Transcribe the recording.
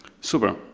Super